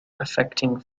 affecting